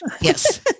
Yes